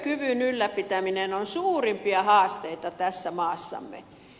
työkyvyn ylläpitäminen on suurimpia haasteita maassamme